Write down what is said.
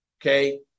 okay